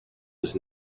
was